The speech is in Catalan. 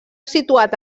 situat